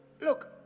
Look